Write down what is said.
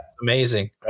Amazing